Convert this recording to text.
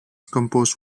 composed